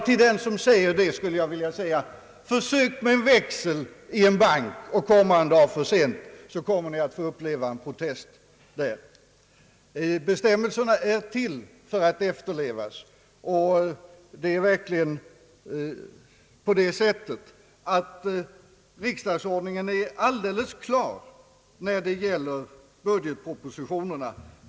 Till den som säger det skulle jag vilja svara: Försök att komma en dag för sent med en växel till en bank, så kommer ni att få uppleva vad en protest är! Bestämmelserna är till för att efterlevas, och det förhåller sig verkligen så att riksdagsordningen är alldeles klar när det gäller budgetpropositionerna.